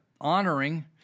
honoring